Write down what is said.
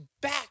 back